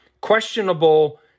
questionable